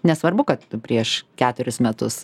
nesvarbu kad prieš keturis metus